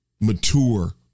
mature